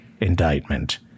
indictment